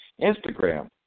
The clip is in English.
Instagram